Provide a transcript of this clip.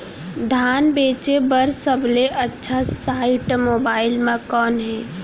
धान बेचे बर सबले अच्छा साइट मोबाइल म कोन हे?